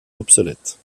obsolète